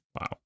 Wow